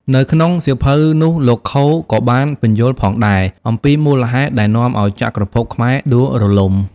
នៅក្នុងសៀវភៅនោះ លោក ខូ Coe ក៏បានពន្យល់ផងដែរអំពីមូលហេតុដែលនាំឲ្យចក្រភពខ្មែរដួលរលំ។